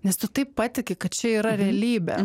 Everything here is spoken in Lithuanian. nes tu taip patiki kad čia yra realybė